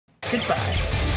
Goodbye